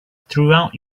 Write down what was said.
throughout